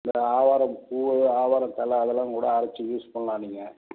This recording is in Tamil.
இந்த ஆவாரம் பூ ஆவாரம் தலை அதெல்லாம் கூட அரைச்சி யூஸ் பண்ணலாம் நீங்கள்